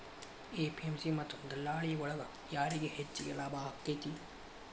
APMC ಮತ್ತ ದಲ್ಲಾಳಿ ಒಳಗ ಯಾರಿಗ್ ಹೆಚ್ಚಿಗೆ ಲಾಭ ಆಕೆತ್ತಿ?